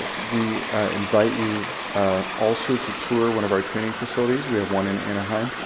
we invite you also to tour one of our training facilities. we have one in anaheim,